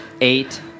eight